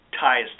ties